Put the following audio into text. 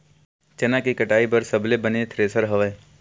चना के कटाई बर सबले बने थ्रेसर हवय?